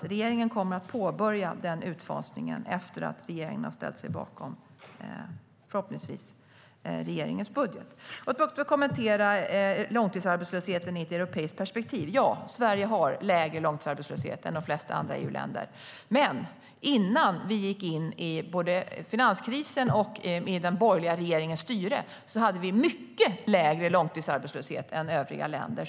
Regeringen kommer att påbörja utfasningen efter att riksdagen, förhoppningsvis, har ställt sig bakom regeringens budget. Låt mig också kommentera långtidsarbetslösheten i ett europeiskt perspektiv. Ja, Sverige har lägre långtidsarbetslöshet än de flesta andra EU-länder. Men innan vi gick in i finanskrisen och den borgerliga regeringens styre hade vi mycket lägre långtidsarbetslöshet än övriga länder.